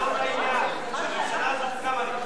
זו טענה לא לעניין, גדעון.